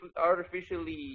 artificially